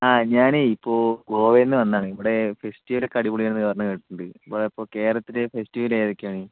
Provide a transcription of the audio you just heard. ആ ഞാനേ ഇപ്പൊൾ ഗോവയിൽ നിന്ന് വന്നതാണേ ഇവിടെ ഫെസ്റ്റിവലൊക്കെ അടിപൊളിയാന്നു പറഞ്ഞുകേട്ടിട്ടുണ്ട് ഇപ്പൊൾ അപ്പൊൾ കേരളത്തിലെ ഫെസ്റ്റിവൽ ഏതൊക്കെയാണ്